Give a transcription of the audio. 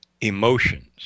emotions